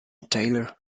taylor